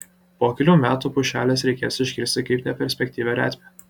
po kelių metų pušeles reikės iškirsti kaip neperspektyvią retmę